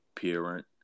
parent